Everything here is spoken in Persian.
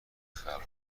خلق